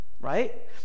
right